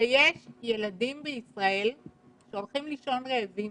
שיש ילדים בישראל שהולכים לישון רעבים.